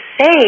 say